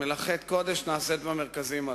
מלאכת קודש נעשית במרכזים הללו.